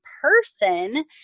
person